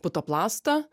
puto plastą